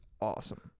awesome